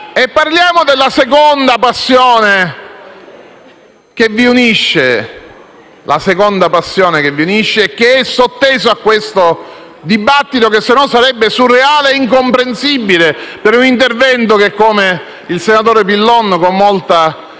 Parliamo della seconda passione che vi unisce, che è sottesa a questo dibattito, che altrimenti sarebbe surreale e incomprensibile per un intervento che - come il senatore Pillon, con molta